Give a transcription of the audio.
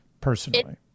personally